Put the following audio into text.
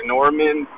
Norman